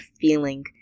feeling